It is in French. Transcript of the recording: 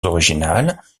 originales